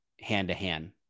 hand-to-hand